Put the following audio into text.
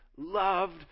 loved